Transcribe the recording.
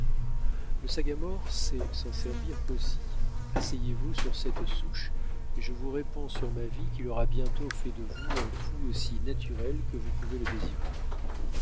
le sagamore sait s'en servir aussi asseyez-vous sur cette souche et je vous réponds sur ma vie qu'il aura bientôt fait de vous un fou aussi naturel que vous pouvez le désirer